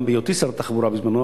גם בהיותי שר התחבורה בזמנו,